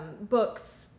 books